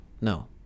no